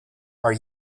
are